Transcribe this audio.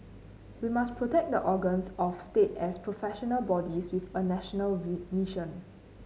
we must protect the organs of state as professional bodies with a national we mission